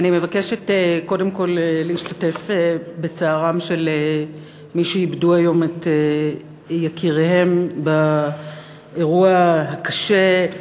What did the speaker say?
אני מבקשת קודם כול להשתתף בצערם של מי שאיבדו את יקיריהם באירוע הקשה,